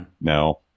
No